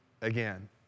again